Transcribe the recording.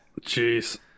Jeez